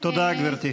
תודה, גברתי.